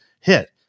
hit